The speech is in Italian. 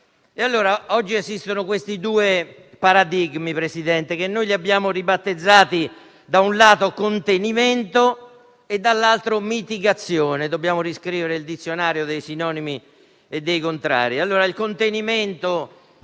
Oggi esistono questi due paradigmi, signor Presidente, che abbiamo ribattezzato, da un lato, contenimento e, dall'altro, mitigazione. Dobbiamo riscrivere il dizionario dei sinonimi e dei contrari.